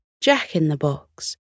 jack-in-the-box